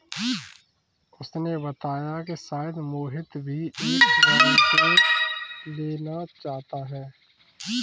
उसने बताया कि शायद मोहित भी एक बॉन्ड लेना चाहता है